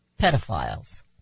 Pedophiles